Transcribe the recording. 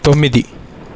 తొమ్మిది